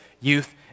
youth